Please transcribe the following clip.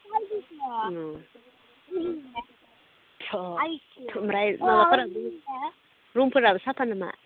अ ओमफ्राय माबाफोरा रुमफोरा साफा नामा